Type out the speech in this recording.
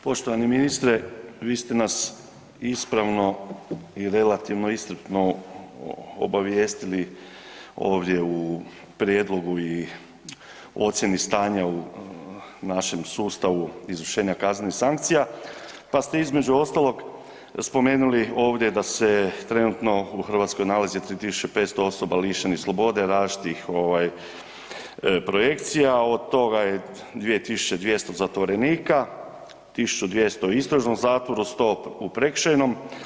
Poštovani ministre vi ste nas ispravno i relativno iscrpno obavijestili ovdje u prijedlogu i ocijeni stanja u našem sustavu izvršenja kaznenih sankcija, pa ste između ostalog spomenuli ovdje da se trenutno u Hrvatskoj nalazi 3500 osoba lišenih slobode različitih ovaj projekcija, od toga je 2200 zatvorenika, 1200 u istražnom zatvoru, 100 u prekršajnom.